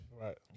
Right